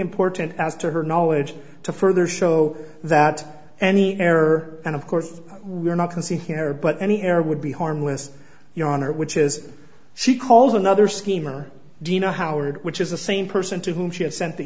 important as to her knowledge to further show that any error and of course we're not can see here but any air would be harmless your honor which is she calls another schemer dina howard which is the same person to whom she had sent the